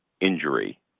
injury